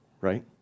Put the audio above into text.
right